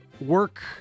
work